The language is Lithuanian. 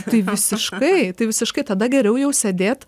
tai visiškai tai visiškai tada geriau jau sėdėt